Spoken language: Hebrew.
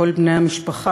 כל בני המשפחה,